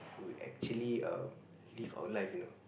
we actually err live our life you know